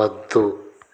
వద్దు